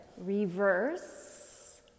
reverse